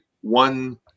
one